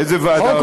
איזה ועדה?